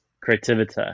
creativity